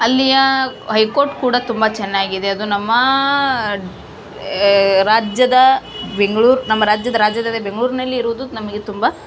ಅಲ್ಲಿಯ high court ಕೂಡ ತುಂಬ ಚೆನ್ನಾಗಿದೆ ಅದು ನಮ್ಮ ಎ ರಾಜ್ಯದ ಬೆಂಗ್ಳೂರು ನಮ್ಮ ರಾಜ್ಯದ ರಾಜಧಾನಿ ಬೆಂಗ್ಳೂರಿನಲ್ಲಿ ಇರೋದು ನಮಗೆ ತುಂಬ